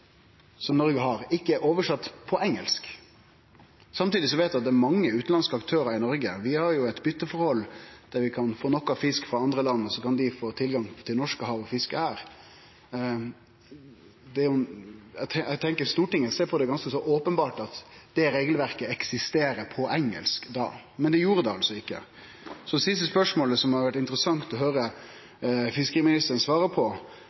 som Noreg har, ikkje er omsett til engelsk. Samtidig veit vi at det er mange utanlandske aktørar i Noreg. Vi har jo eit byteforhold der vi kan få fisk frå andre land, og så kan dei få tilgang til Norskehavet og fiske her. Eg tenkjer Stortinget ser på det som ganske så openbert at dette regelverket eksisterer på engelsk, men det gjorde det ikkje. Så det siste spørsmålet som det hadde vore interessant å høyre fiskeriministeren svare på,